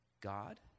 God